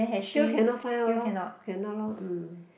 still cannot find out lor cannot lor mm